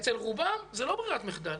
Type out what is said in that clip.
אצל רובם זו לא ברירת מחדל.